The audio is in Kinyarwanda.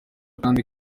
kandi